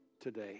today